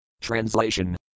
Translation